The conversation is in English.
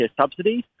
subsidies